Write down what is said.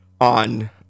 on